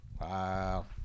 Wow